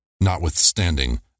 notwithstanding